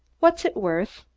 what's it worth?